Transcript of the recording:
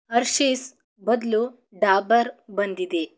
Hershey's ಬದಲು ಡಾಬರ್ ಬಂದಿದೆ